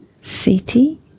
city